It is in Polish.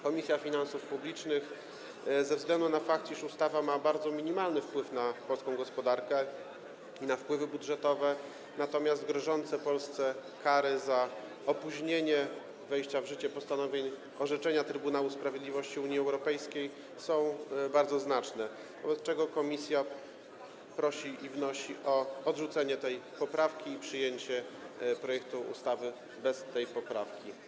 Komisja Finansów Publicznych ze względu na fakt, iż ustawa ma minimalny wpływ na polską gospodarkę i na wpływy budżetowe, natomiast grożące Polsce kary za opóźnienie wejścia w życie postanowień orzeczenia Trybunału Sprawiedliwości Unii Europejskiej są bardzo znaczne, prosi i wnosi o odrzucenie tej poprawki i przyjęcie projektu ustawy bez tej poprawki.